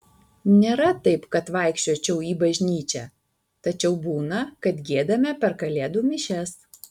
nėra taip kad vaikščiočiau į bažnyčią tačiau būna kad giedame per kalėdų mišias